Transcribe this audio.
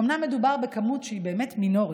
אומנם מדובר בכמות שהיא באמת מינורית,